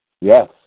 Yes